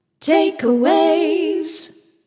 Takeaways